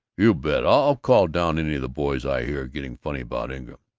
you bet! i'll call down any of the boys i hear getting funny about ingram,